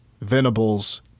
Venables